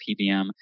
pbm